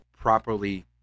properly